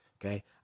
okay